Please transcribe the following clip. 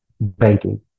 banking